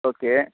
okay